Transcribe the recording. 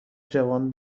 جوان